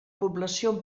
població